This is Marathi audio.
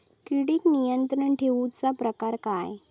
किडिक नियंत्रण ठेवुचा प्रकार काय?